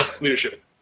Leadership